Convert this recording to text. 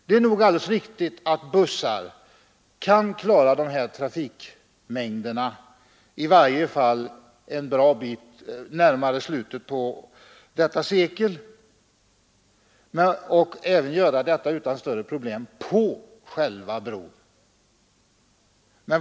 Det är nog alldeles riktigt att bussar kan klara de här trafik mängderna, i varje fall en bra bit närmare slutet på detta sekel, på själva bron.